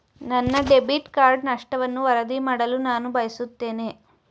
ನನ್ನ debit card ನಷ್ಟವನ್ನು ವರದಿ ಮಾಡಲು ನಾನು ಬಯಸುತ್ತೇನೆ